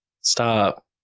stop